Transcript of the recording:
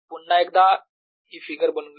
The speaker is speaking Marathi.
पुन्हा एकदा ही फिगर बनवूया